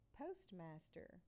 postmaster